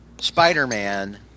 Spider-Man